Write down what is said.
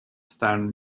standard